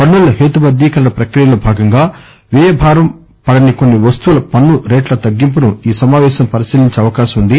పన్సుల హేతుబద్దీకరణ ప్రక్రియలో భాగంగా వ్యయ భారం పడని కొన్సి వస్తువుల పన్ను రేట్ల తగ్గింపును ఈ సమావేశం పరిశీలించే అవకాశం ఉంది